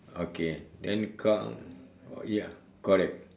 okay then car oh ya correct